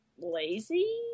lazy